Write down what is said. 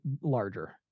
larger